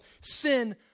sin